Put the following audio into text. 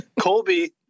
Colby